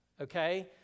Okay